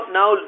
now